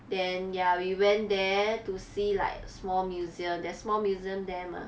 then ya we went there to see like small museum that small museum there mah